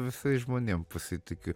visais žmonėm pasitikiu